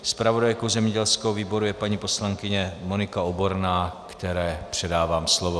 Zpravodajkou zemědělského výboru je paní poslankyně Monika Oborná, které předávám slovo.